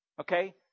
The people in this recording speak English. Okay